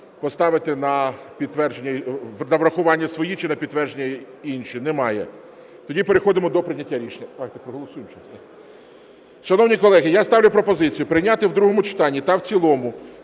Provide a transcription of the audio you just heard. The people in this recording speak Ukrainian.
на врахування свої чи на підтвердження інші? Немає. Тоді переходимо до прийняття рішення. Шановні колеги, я ставлю пропозицію прийняти в другому читанні та в цілому